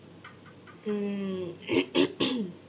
mm